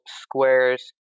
squares